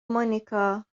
مونیکا